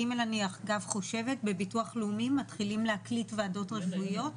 גימל אני אגב חושבת שבביטוח לאומי מתחילים להקליט וועדות רפואיות,